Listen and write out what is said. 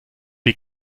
die